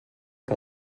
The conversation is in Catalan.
que